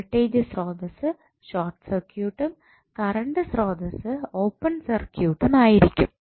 voltage സ്രോതസ്സ് short സർക്യൂട്ടും current സ്രോതസ്സ് ഓപ്പൺ സർക്യൂട്ടും ആയിരിക്കും